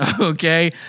okay